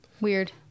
Weird